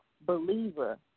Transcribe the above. believer